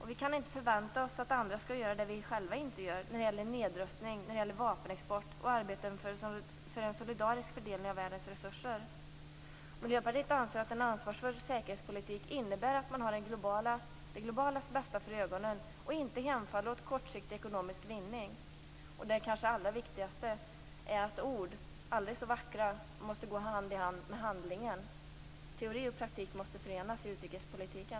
Vi kan inte förvänta oss att andra skall göra det vi själva inte gör när det gäller nedrustning, vapenexport och arbete för en solidarisk fördelning av världens resurser. Miljöpartiet anser att en ansvarsfull säkerhetspolitik innebär att man har det globalas bästa för ögonen och inte hemfaller åt kortsiktig ekonomisk vinning. Det kanske viktigaste är att ord, aldrig så vackra, måste gå hand i hand med handling. Teori och praktik måste förenas i utrikespolitiken.